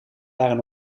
waren